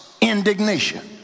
indignation